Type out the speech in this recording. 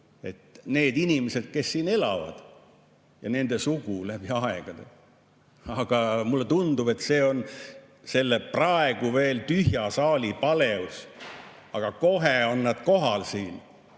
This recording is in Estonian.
need inimesed, kes siin elavad, ja nende sugu [peab] läbi aegade [püsima]. Aga mulle tundub, et see on selle praegu veel tühja saali paleus. Aga kohe on nad siin